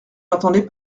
n’entendez